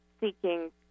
seeking